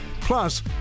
Plus